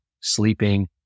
sleeping